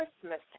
Christmas